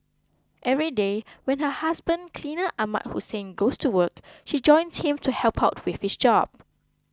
every day when her husband cleaner Ahmad Hussein goes to work she joins him to help out with his job